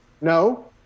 No